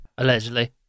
Allegedly